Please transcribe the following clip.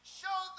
show